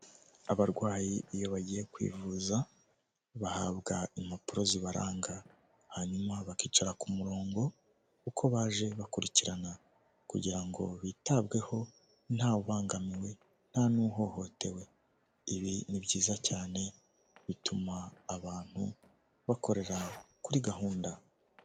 Abarwayi iyo bagiye kwivuza bahabwa impapuro zibaranga hanyuma bakicara ku murongo uko baje bakurikirana, kugira ngo bitabweho ntawubangamiwe nta n'uhohotewe, ibi ni byiza cyane bituma abantu bakorera kuri gahunda.